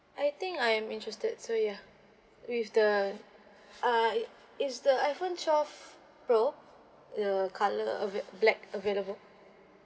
I think I'm interested so ya with the uh is the iPhone twelve pro the colour avai~ black available